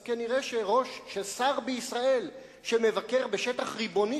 אז כנראה שר בישראל שמבקר בשטח ריבוני